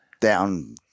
down